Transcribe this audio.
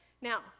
Now